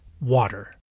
Water